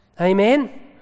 Amen